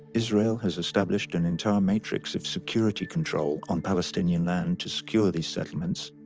israel has established an entire matrix of security control on palestinian land to secure these settlements,